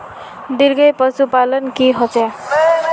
ई पशुपालन की होचे?